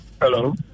Hello